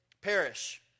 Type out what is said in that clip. perish